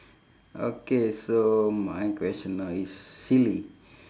okay so my question now is silly